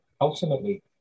ultimately